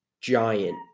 Giant